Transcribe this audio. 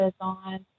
on